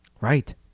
Right